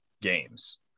games